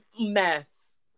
mess